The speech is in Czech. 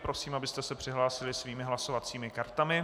Prosím, abyste se přihlásili svými hlasovacími kartami.